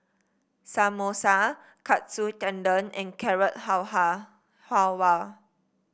Samosa Katsu Tendon and Carrot Halwa